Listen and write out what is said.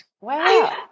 wow